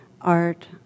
art